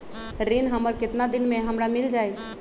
ऋण हमर केतना दिन मे हमरा मील जाई?